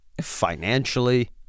financially